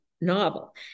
novel